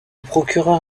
procureur